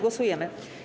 Głosujemy.